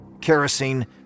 kerosene